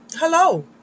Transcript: Hello